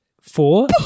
four